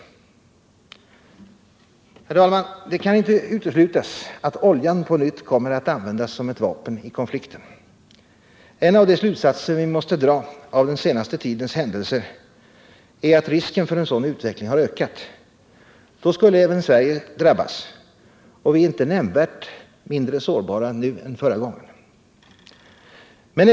Herr talman! Det kan inte uteslutas att oljan på nytt kommer att användas som ett vapen i konflikten. En av de slutsatser vi måste dra av den senaste tidens händelser är att risken för en sådan utveckling har ökat. Då skulle även Sverige drabbas, och vi är inte nämnvärt mindre sårbara nu än förra gången.